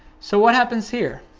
so what happens here?